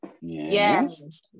Yes